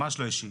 ממש לא אישי.